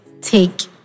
take